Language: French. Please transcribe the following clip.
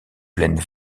plaines